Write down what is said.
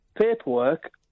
paperwork